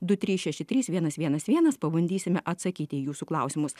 du trys šeši trys vienas vienas vienas pabandysime atsakyti į jūsų klausimus